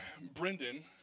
Brendan